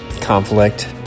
conflict